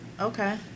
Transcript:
Okay